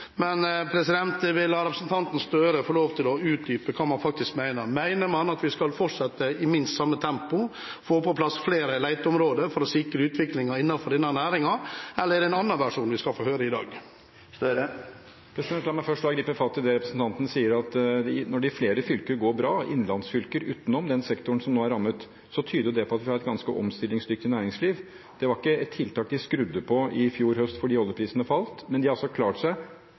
Men jeg vil la representanten Gahr Støre få lov til å utdype hva man faktisk mener. Mener han at vi skal fortsette i minst samme tempo, få på plass flere leteområder for å sikre utviklingen innenfor denne næringen? Eller er det en annen versjon vi skal få høre i dag? La meg først gripe fatt i det representanten sier, at når det i flere fylker, innlandsfylker, går bra, utenom den sektoren som nå er rammet, så tyder det på at vi har et ganske omstillingsdyktig næringsliv. Det var ikke et tiltak de skrudde på i fjor høst fordi oljeprisene falt, de har altså klart seg